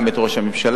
גם את ראש הממשלה.